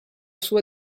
sua